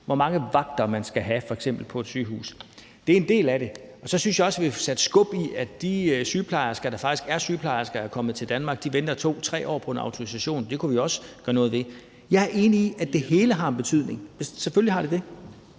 hvor mange vagter man skal have, f.eks. på et sygehus. Det er en del af det. Så synes jeg også, vi bør få sat skub i det i forhold til de sygeplejersker, der faktisk er kommet til Danmark fra udlandet. De venter 2-3 år på at få en autorisation, og det kunne vi også gøre noget ved. Jeg er enig i, at det hele har en betydning; selvfølgelig har det det.